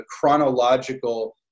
chronological